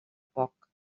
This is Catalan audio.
poc